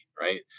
Right